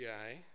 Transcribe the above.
guy